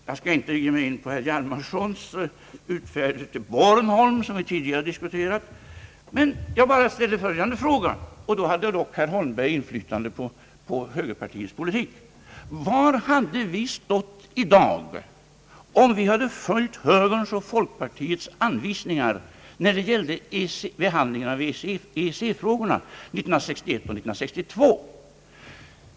Jag skall inte ge mig in på herr Hjalmarsons utfärder till Bornholm, då herr Holmberg dock hade inflytande på högerpartiets politik, men jag vill fråga: Var hade vi stått i dag om vi följt högerns och folkpartiets anvisningar när det gällde behandlingen av EEC frågorna 1961 och 1962?